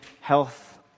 health